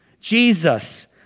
Jesus